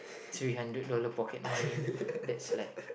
three hundred dollar pocket money that's like